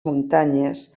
muntanyes